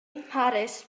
mharis